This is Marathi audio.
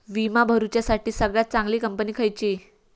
विमा भरुच्यासाठी सगळयात चागंली कंपनी खयची?